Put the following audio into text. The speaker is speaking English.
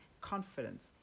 confidence